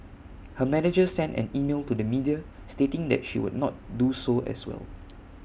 her manager sent an email to the media stating that she would not do so as well